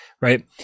Right